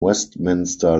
westminster